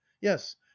yes